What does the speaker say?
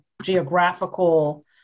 geographical